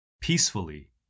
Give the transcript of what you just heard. peacefully